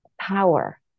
power